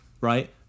right